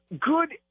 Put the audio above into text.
good